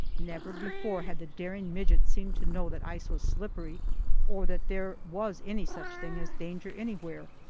never before had the daring midget seemed to know that ice was slippery or that there was any such thing as danger anywhere.